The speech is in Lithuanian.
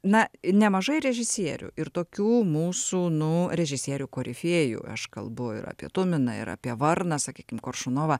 na nemažai režisierių ir tokių mūsų nu režisierių korifėjų aš kalbu ir apie tuminą ir apie varną sakykim koršunovą